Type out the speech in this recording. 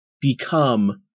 become